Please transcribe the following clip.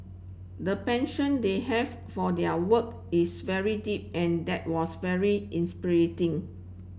the passion they have for their work is very deep and that was very